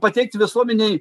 pateikti visuomenei